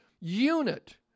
unit